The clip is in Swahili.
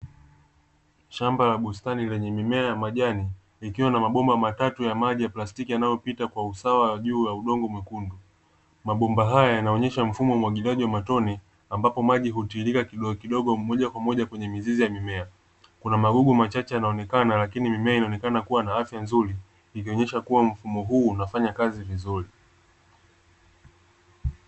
Shamba la bustani lenye mimea ya majani likiwa na mabomba matatu ya maji ya plastiki yanayopita kwa usawa juu ya udongo mwekuundu. Mabomba haya yanaonyesha mfumo wa umwagiliaji wa matone ambapo maji hutiririka kidogokidogo moja kwa moja kwenye mizizi ya mimea. Kuna magugu machache yanayoonekana, lakini mimea inaonekana kuwa na afya nzuri, ikionyesha kuwa mfumo huu unafanya kazi vizuri.